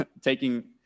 taking